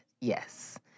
Yes